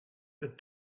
that